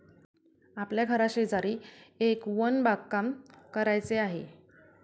आपल्या घराशेजारी एक वन बागकाम करायचे आहे